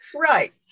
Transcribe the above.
Right